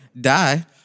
die